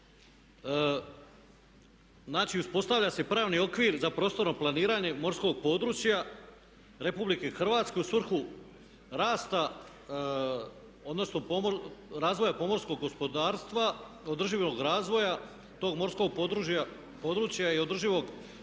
Znači uspostavlja se pravni okvir za prostorno planiranje morskog područja RH u svrhu rasta odnosno razvoja pomorskog gospodarstva, održivog razvoja tog morskog područja i održivog